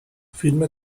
فیلم